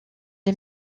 les